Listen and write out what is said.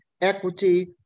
equity